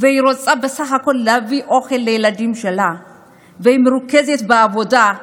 והיא רוצה בסך הכול להביא אוכל לילדים שלה והיא מרוכזת בעבודה,